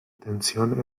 tensión